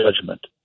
judgment